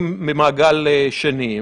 ממעגל שני.